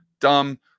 dumb